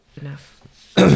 Enough